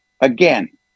again